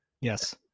Yes